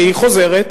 והיא חוזרת,